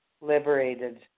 liberated